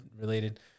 related